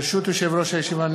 ברשות יושב-ראש הישיבה,